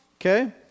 Okay